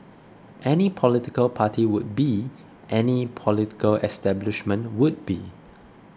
any political party would be any political establishment would be